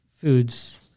foods